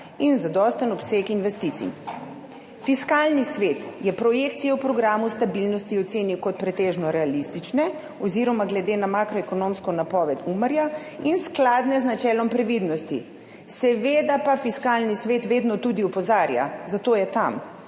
in zadosten obseg investicij. Fiskalni svet je projekcije v programu stabilnosti ocenil kot pretežno realistične oziroma glede na makroekonomsko napoved Umarja in skladne z načelom previdnosti. Seveda pa Fiskalni svet vedno tudi opozarja, zato je tam,